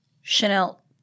Chanel